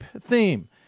theme